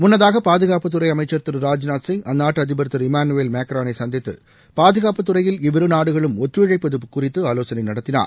முன்னதாக பாதுகாப்புத்துறை அமைச்சர் திரு ராஜ்நாத்சிங் அந்நாட்டு அதிபர் திரு இணனுவேல் மேக்ரோனை சந்தித்து பாதுகாப்புத்துறையில் இவ்விருநாடுகளும் ஒத்துழைப்பது குறித்து ஆலோசனை நடத்தினார்